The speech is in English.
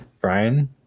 Brian